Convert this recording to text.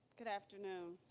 good afternoon.